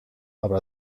aber